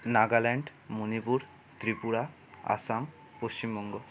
Nagaland Manipur Tripura Assam Paschimbanga